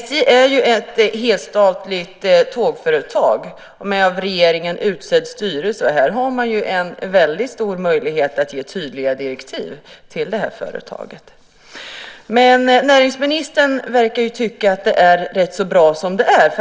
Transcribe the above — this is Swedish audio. SJ är ett helstatligt tågföretag med av regeringen utsedd styrelse. Där har man en stor möjlighet att ge tydliga direktiv. Men näringsministern verkar tycka att det är bra som det är.